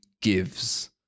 gives